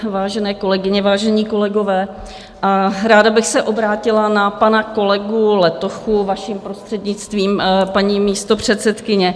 Vážené kolegyně, vážení kolegové, ráda bych se obrátila na pana kolegu Letochu, vaším prostřednictvím, paní místopředsedkyně.